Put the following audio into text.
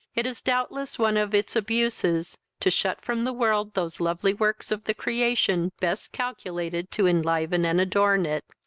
it is doubtless one of its abuses to shut from the world those lovely works of the creation best calculated to enliven and adorn it.